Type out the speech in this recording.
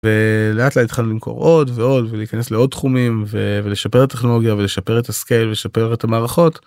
ולאט לאט התחלנו למכור ועוד ולהיכנס לעוד תחומים ולשפר הטכנולוגיה ולשפר את קנה מידה ולשפר את המערכות.